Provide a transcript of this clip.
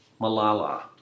Malala